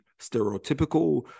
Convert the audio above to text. stereotypical